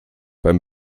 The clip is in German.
beim